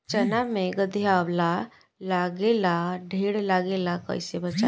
चना मै गधयीलवा लागे ला ढेर लागेला कईसे बचाई?